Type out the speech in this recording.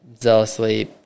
zealously